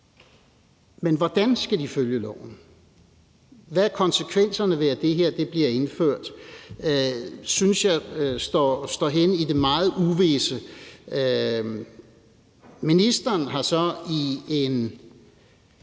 men hvordan skal de følge loven? Hvad konsekvenserne er, ved at det her bliver indført, synes jeg står hen i det meget uvisse. Ministeren har så i et